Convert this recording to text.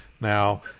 Now